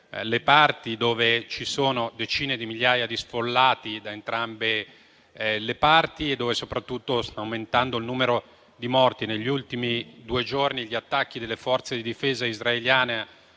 le parti, dove ci sono decine di migliaia di sfollati da entrambe e le parti e dove soprattutto sta aumentando il numero di morti. Negli ultimi due giorni, gli attacchi delle forze di difesa israeliane